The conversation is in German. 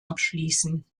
abschließen